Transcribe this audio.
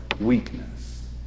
weakness